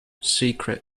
secret